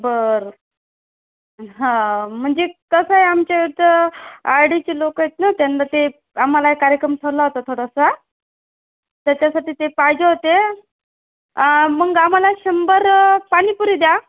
बरं हां म्हणजे कसं आहे आमच्या इथं अडीचशे लोक आहेत ना त्यांना ते आम्हाला कार्यक्रम ठरला होता थोडासा तर त्यासाठी ते पाहिजे होते मग आम्हाला शंभर पाणीपुरी द्या